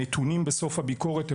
הנתונים בסוף הביקורת,